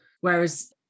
whereas